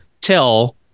tell